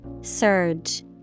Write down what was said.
Surge